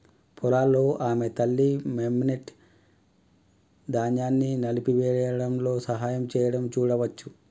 పొలాల్లో ఆమె తల్లి, మెమ్నెట్, ధాన్యాన్ని నలిపివేయడంలో సహాయం చేయడం చూడవచ్చు